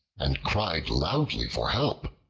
and cried loudly for help,